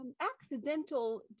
accidental